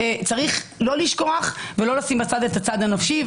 צריך לא לשכוח ולא לשים בצד את הצד הנפשי,